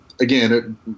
Again